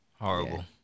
Horrible